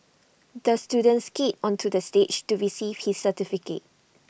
the student skated onto the stage to receive his certificate